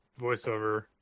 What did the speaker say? voiceover